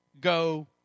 go